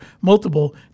multiple